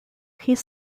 his